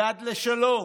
יד לשלום